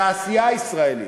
התעשייה הישראלית,